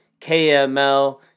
KML